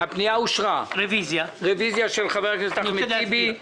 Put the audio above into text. הצבעה בעד, רוב נגד, 1 נמנעים,